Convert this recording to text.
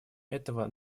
этого